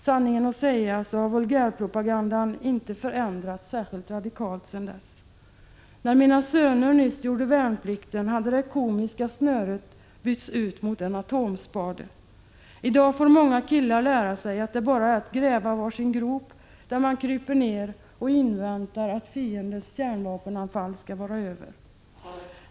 Sanningen att säga har vulgärpropagandan inte förändrats särskilt radikalt sedan dess. När mina söner nyligen gjorde värnplikten hade det komiska snöret bytts ut mot en atomspade. I dag får många pojkar lära sig att det bara är att gräva var sin grop där man kryper ner och inväntar att fiendens kärnvapenanfall skall vara över.